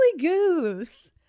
goose